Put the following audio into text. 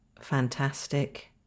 fantastic